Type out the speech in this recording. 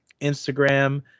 Instagram